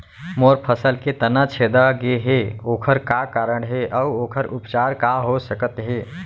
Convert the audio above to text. मोर फसल के तना छेदा गेहे ओखर का कारण हे अऊ ओखर उपचार का हो सकत हे?